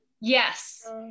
Yes